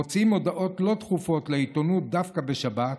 מוציאים הודעות לא דחופות לעיתונות דווקא בשבת,